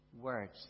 words